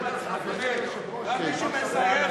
גם מי שמזייף,